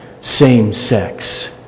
same-sex